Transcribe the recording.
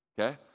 Okay